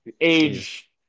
age